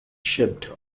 shipped